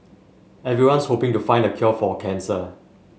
everyone's hoping to find the cure for cancer